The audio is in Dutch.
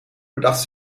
bedacht